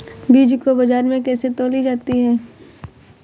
बीज को बाजार में कैसे तौली जाती है?